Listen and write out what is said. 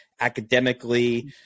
academically